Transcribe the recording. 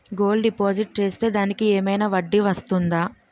Gold deposit చేస్తే దానికి ఏమైనా వడ్డీ వస్తుందా?